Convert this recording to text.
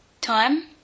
Time